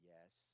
Yes